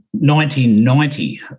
1990